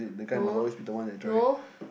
no no